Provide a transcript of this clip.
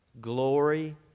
glory